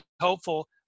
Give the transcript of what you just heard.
hopeful